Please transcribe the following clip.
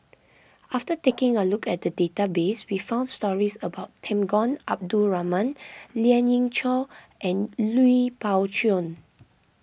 after taking a look at the database we found stories about Temenggong Abdul Rahman Lien Ying Chow and Lui Pao Chuen